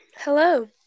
Hello